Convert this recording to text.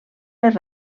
més